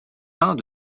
peint